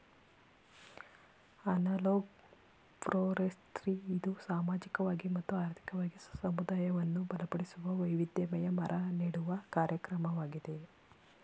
analog forestry ಇದು ಸಾಮಾಜಿಕವಾಗಿ ಮತ್ತು ಆರ್ಥಿಕವಾಗಿ ಸಮುದಾಯವನ್ನು ಬಲಪಡಿಸುವ, ವೈವಿಧ್ಯಮಯ ಮರ ನೆಡುವ ಕಾರ್ಯಕ್ರಮವಾಗಿದೆ